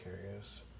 curious